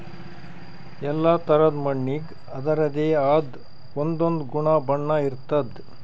ಎಲ್ಲಾ ಥರಾದ್ ಮಣ್ಣಿಗ್ ಅದರದೇ ಆದ್ ಒಂದೊಂದ್ ಗುಣ ಬಣ್ಣ ಇರ್ತದ್